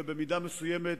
ובמידה מסוימת,